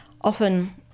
often